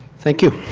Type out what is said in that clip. thank you.